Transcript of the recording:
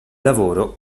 lavoro